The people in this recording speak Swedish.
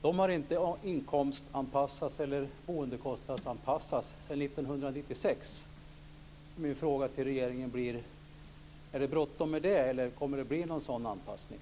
De har inte inkomstanpassats eller boendekostnadsanpassats sedan Min fråga till regeringen blir: Är det bråttom med det? Kommer det att bli någon sådan anpassning?